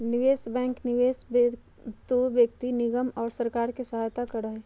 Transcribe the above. निवेश बैंक निवेश हेतु व्यक्ति निगम और सरकार के सहायता करा हई